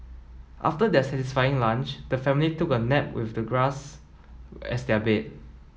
after their satisfying lunch the family took a nap with the grass as their bed